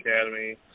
Academy